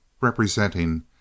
representing